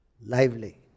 lively